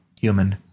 human